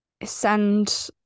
send